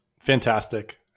Fantastic